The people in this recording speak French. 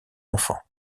enfants